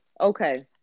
okay